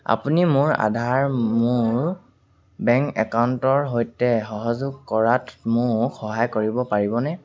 আপুনি মোৰ আধাৰ মোৰ বেংক একাউণ্টৰ সৈতে সহযোগ কৰাত মোক সহায় কৰিব পাৰিবনে